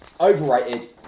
overrated